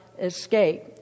escape